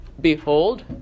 behold